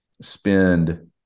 Spend